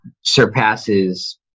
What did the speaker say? surpasses